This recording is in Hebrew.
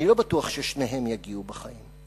אני לא בטוח ששניהם יגיעו בחיים.